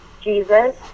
Jesus